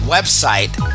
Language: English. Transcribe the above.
Website